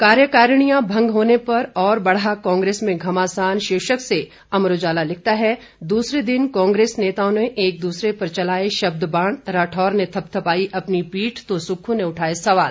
कार्यकारिणियां भंग होने पर और बढ़ा कांग्रेस में घमासान शीर्षक से अमर उजाला लिखता है दूसरे दिन कांग्रेस नेताओं ने एक दूसरे पर चलाए शब्दबाण राठौर ने थपथपाई अपनी पीठ तो सुक्खू ने उठाए सवाल